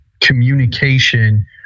communication